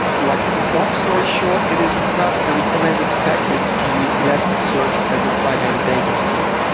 like long story short, it is not a recommended practice to use elasticsearch as a primary data store.